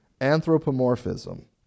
Anthropomorphism